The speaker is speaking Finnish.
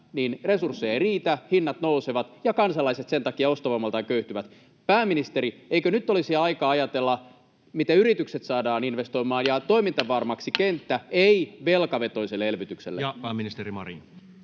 niin resursseja ei riitä, hinnat nousevat ja kansalaiset sen takia ostovoimaltaan köyhtyvät. Pääministeri, eikö nyt olisi aika ajatella, miten yritykset saadaan investoimaan ja kenttä toimintavarmaksi ei-velkavetoiselle elvytykselle? Pääministeri Marin.